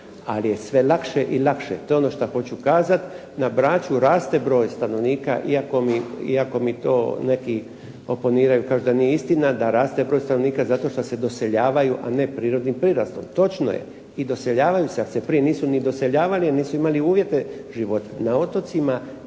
ali je sve lakše i lakše. To je ono što hoću kazati. Na Braču raste broj stanovnika iako mi to neki oponiraju i kažu da nije istina, da raste broj stanovnika zato što se doseljavaju a ne prirodnim prirastom. Točno je i doseljavaju se, ali se prije nisu ni doseljavali jer nisu imali uvjete života. Na otocima